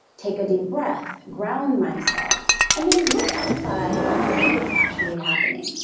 take a deep breath. ground myself and then look outside and see what's actually happening.